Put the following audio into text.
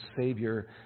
Savior